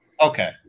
Okay